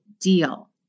deal